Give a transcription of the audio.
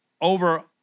over